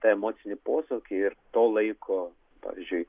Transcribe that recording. emocinį posūkį ir to laiko pavyzdžiui